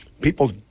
people